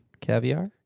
Caviar